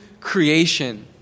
creation